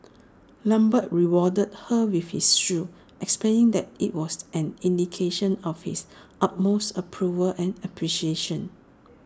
lambert rewarded her with his shoe explaining that IT was an indication of his utmost approval and appreciation